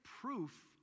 proof